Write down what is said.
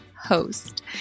host